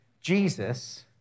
Jesus